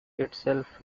itself